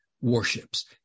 warships